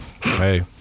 Hey